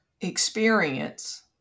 experience